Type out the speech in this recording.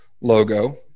logo